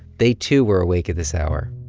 they, too, were awake at this hour.